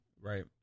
right